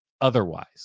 otherwise